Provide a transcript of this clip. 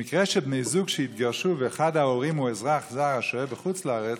במקרה של בני זוג שהתגרשו ואחד ההורים הוא אזרח זר השוהה בחוץ-לארץ,